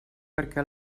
perquè